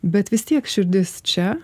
bet vis tiek širdis čia